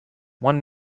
one